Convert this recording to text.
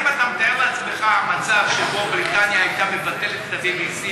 האם אתה מתאר לעצמך מצב שבו בריטניה הייתה מבטלת את ה-BBC?